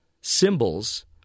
symbols